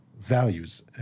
values